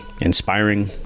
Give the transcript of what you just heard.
inspiring